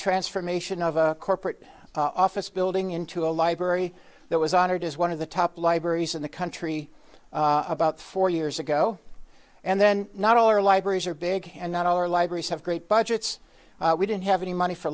transformation of a corporate office building into a library that was honored as one of the top libraries in the country about four years ago and then not only are libraries are big and not our libraries have great budgets we didn't have any money for